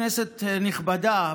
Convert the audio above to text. כנסת נכבדה,